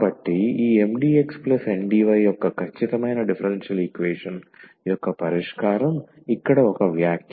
కాబట్టి ఈ MdxNdy యొక్క ఖచ్చితమైన డిఫరెన్షియల్ ఈక్వేషన్ యొక్క పరిష్కారం ఇక్కడ ఒక వ్యాఖ్య